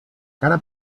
cara